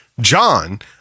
john